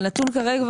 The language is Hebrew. הנתון כרגע,